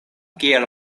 kiel